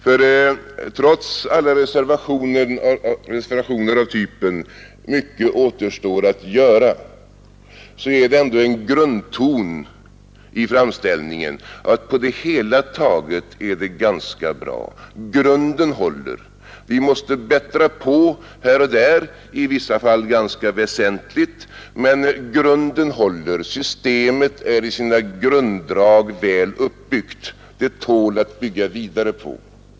Ty trots alla reservationer av typen ”mycket återstår att göra”, är det ändå en grundton i framställningen att allt på det hela taget är ganska bra. Grunden håller. Vi måste bättra på här och där — i vissa fall ganska väsentligt — men systemet är i sina grunddrag väl uppbyggt. Det tål att bygga vidare på.